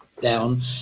down